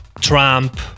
Trump